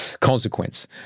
consequence